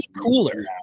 cooler